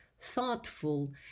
thoughtful